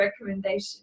recommendation